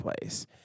place